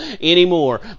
anymore